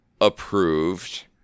approved